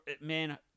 man